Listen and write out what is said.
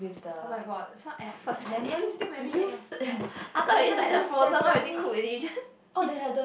oh-my-god so effort leh you still marinate yourself I thought is like the frozen one already cook already just